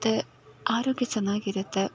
ಮತ್ತು ಆರೋಗ್ಯ ಚೆನ್ನಾಗಿರುತ್ತೆ